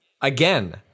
again